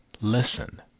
listen